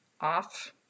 off